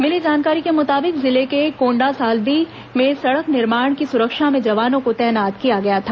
मिली जानकारी के मुताबिक जिले के कोंडासावली में सड़क निर्माण की सुरक्षा में जवानों को तैनात किया गया था